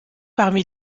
parmi